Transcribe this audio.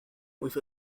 with